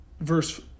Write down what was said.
verse